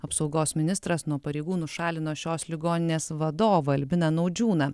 apsaugos ministras nuo pareigų nušalino šios ligoninės vadovą albiną naudžiūną